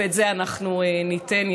ואת זה אנחנו ניתן,